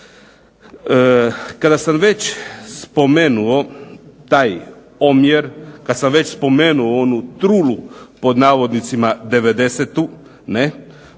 Kada sam već spomenuo taj omjer, kada sam već spomenuo onu "trulu" 90,